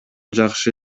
жакшы